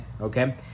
Okay